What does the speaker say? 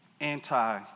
anti